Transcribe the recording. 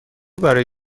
برای